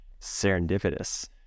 Serendipitous